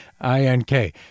I-N-K